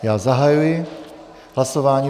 Já zahajuji hlasování.